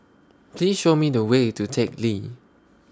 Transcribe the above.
Please Show Me The Way to Teck Lee